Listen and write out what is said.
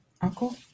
Uncle